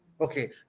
okay